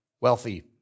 wealthy